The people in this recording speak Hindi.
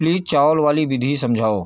प्लीज़ चावल वाली विधि समझाओ